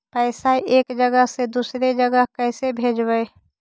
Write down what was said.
पैसा एक जगह से दुसरे जगह कैसे भेजवय?